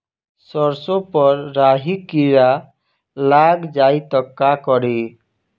सरसो पर राही किरा लाग जाई त का करी?